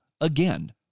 Again